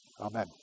Amen